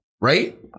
right